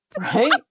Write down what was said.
right